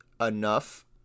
enough